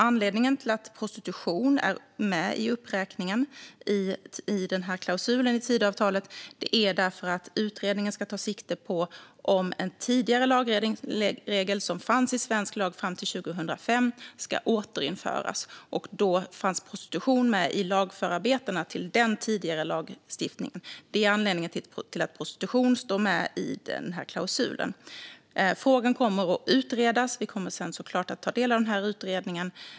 Anledningen till att prostitution finns med i uppräkningen i den här klausulen i Tidöavtalet är att utredningen ska ta sikte på om en lagregel som fanns i svensk lag fram till 2005 ska återinföras och att prostitution fanns med i lagförarbetena till denna tidigare lagstiftning. Vi kommer sedan såklart att ta del av utredningen.